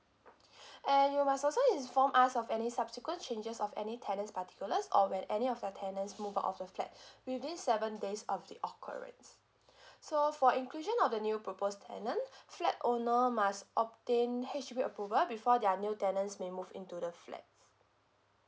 and you must also inform us of any subsequent changes of any tenants' particulars or when any of the tenants move out of the flat within seven days of the occurrence so for inclusion of the new proposed tenant flat owner must obtain H_D_B approval before their new tenants may move into the flats